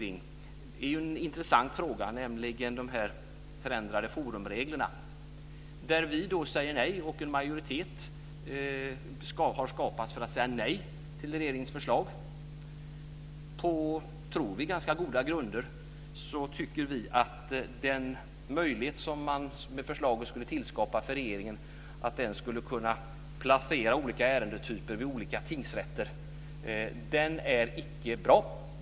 Det är en intressant fråga, nämligen de förändrade forumreglerna. Vi säger nej, och en majoritet har skapats för att säga nej till regeringens förslag. På, tror vi, ganska goda grunder tycker vi att den möjlighet som förslaget skulle tillskapa för regeringen att placera olika ärendetyper vid olika tingsrätter icke är bra.